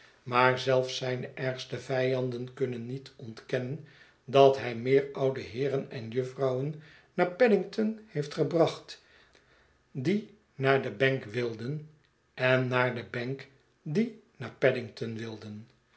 maar zelfs zijne ergste vijanden kunnen niet ontkennen dat hij meer oude heeren en jufvrouwen naar paddingtpn heeft gebracht die naar de bank wilden en naar de bank die naar paddington wilden